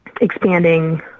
expanding